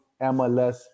MLS